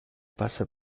passa